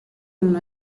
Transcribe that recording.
una